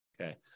Okay